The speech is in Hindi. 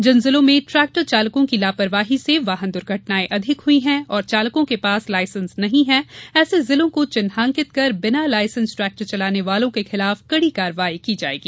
जिन जिलों में ट्रेक्टर चालकों की लापरवाही से वाहन दुर्घटनाएँ अधिक हुई हैं और चालकों के पास लायसेंस नहीं हैं ऐसे जिलों को चिन्हित कर बिना लायसेंस ट्रेक्टर चलाने वालों के खिलाफ कड़ी कार्यवाही की जायेगी